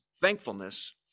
thankfulness